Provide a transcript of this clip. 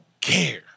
care